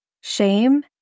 shame